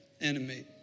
enemy